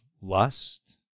lust